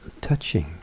Touching